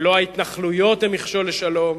ולא ההתנחלויות הן מכשול לשלום,